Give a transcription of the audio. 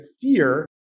fear